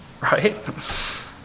right